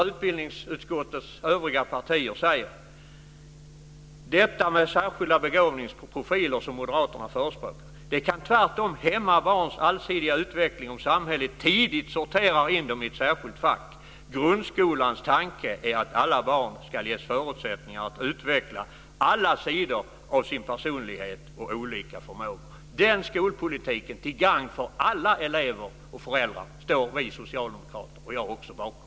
Utbildningsutskottets övriga partier säger om detta med särskilda begåvningsprofiler, som moderaterna förespråkar, att det tvärtom kan hämma barns allsidiga utveckling om samhället tidigt sorterar in dem i ett särskilt fack. Grundskolans tanke är att alla barn ska ges förutsättningar att utveckla alla sidor av sin personlighet och olika förmågor. Den skolpolitiken, som är till gagn för alla elever och föräldrar, står vi socialdemokrater och jag också bakom.